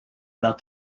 about